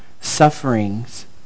sufferings